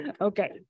Okay